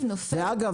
אגב,